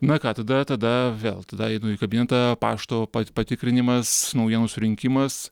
na ką tada tada vėl tada einu į kabinetą pašto pat patikrinimas naujienų surinkimas